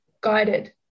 guided